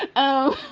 oh,